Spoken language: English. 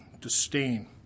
disdain